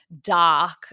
dark